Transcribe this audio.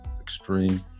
extreme